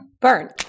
Burn